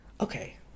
okay